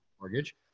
mortgage